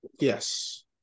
Yes